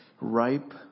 ripe